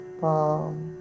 palm